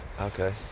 Okay